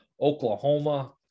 Oklahoma